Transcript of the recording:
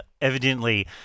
evidently